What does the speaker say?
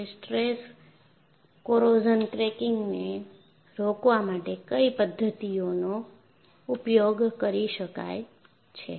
કે stress corrosion ક્રેકીંગને રોકવા માટે કઈ પદ્ધતિઓનો ઉપયોગ કરી શકાય છે